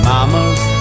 Mama's